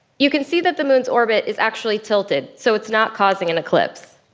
you can see that the moon's orbit is actually tilted. so it's not causing an eclipse.